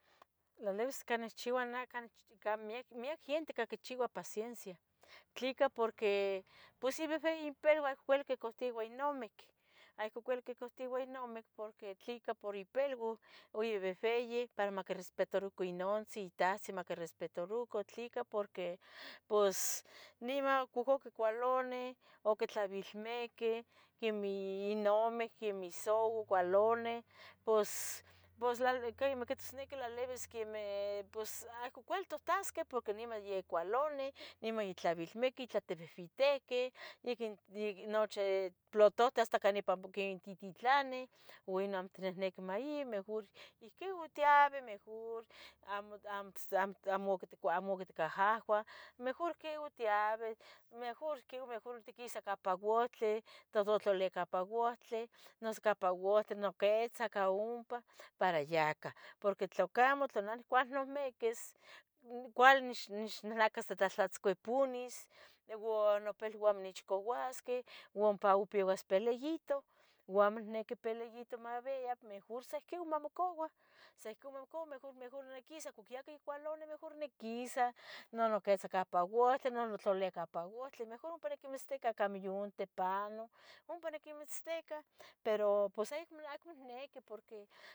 Tlalibis que nicchiua neh ca nich miac giente ca quichiua paciencia, tlica porque, pos yabibeyi ipilba, cuali quicateua inomic, a ihquiu quicauteua inomic, porque tleca por ipilba yabehbeyi para macrespetaruca inontzi itahtzin macrespetaruca, tleca porque pos nima uhcu quicalanih, oquitlabilmequih, quemih inomeh, quemih isouau cualoni, pos pos lal tlaquitosniqui tlalibis quemeh pos acmo cuali totasqueh porque niman yocualoni, nima yatlabelmiqui, ya tebihbitequi, ya quin yaquin nochi, hasta platohte ca nipa quintititlani, ua ino amo itnihniquih mai, mejor ihquiu tiabeh mejor amo, amo its amo, amo, tic amo ticahahuah, mejor quieu tiabeh, mejor quieu, mejor tiquisa campa uhtli nototlalica campa uhtli, noso campa uhtli noquitza ca ompa, para ya cah, porque tlacamo tla neh nicualnamiquis cuali nech, nech nacastlahtlatzcuiponis ua nopilua amo nechcauasqueh, ua ompa peuas peleito, ua amo niqui peleito mabia mejor sa ihquiu mamocaua, sa ihquiu mamocau mejor mejor niquisa quiyac, yaque cualoni mejor niquisa, nonoquitza campa uhtli, nonotlalia campa uhtli, mejor ompa niquimitztica cami yuntipanoh ompa niquimitzticah, pero, pos acmo, acmo niqui porque